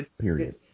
period